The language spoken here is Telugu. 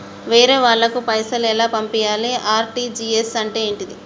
వేరే వాళ్ళకు పైసలు ఎలా పంపియ్యాలి? ఆర్.టి.జి.ఎస్ అంటే ఏంటిది?